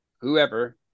whoever